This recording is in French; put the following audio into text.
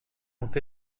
ont